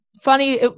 funny